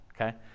Okay